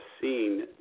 seen